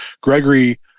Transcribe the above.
Gregory